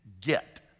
get